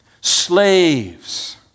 Slaves